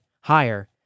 higher